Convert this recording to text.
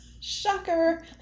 Shocker